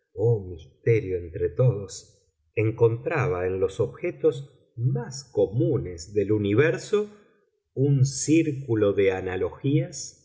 por completo y oh extrañeza oh misterio entre todos encontraba en los objetos más comunes del universo un círculo de analogías